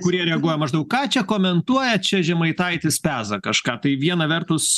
kurie reaguoja maždaug ką čia komentuoja čia žemaitaitis peza kažką tai viena vertus